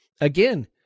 again